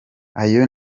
ayo